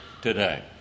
today